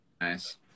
nice